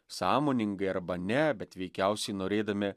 sąmoningai arba ne bet veikiausiai norėdami